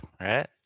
right